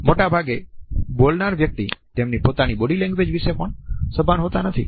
મોટેભાગે બોલનાર વ્યક્તિ તેમની પોતાની બોડી લેંગ્વેજ વિશે પણ સભાન હોતા નથી